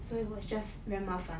so it was just very 麻烦